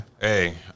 Hey